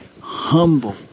humble